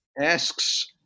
asks